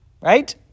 right